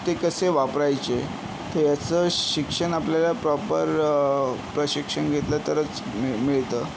ते कसे वापरायचे त्याचं शिक्षण आपल्याला प्रॉपर प्रशिक्षण घेतलं तरच मिळ मिळतंं